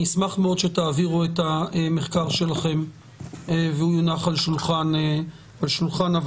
אני אשמח מאוד שתעבירו את המחקר שלכם והוא יונח על שולחן הוועדה.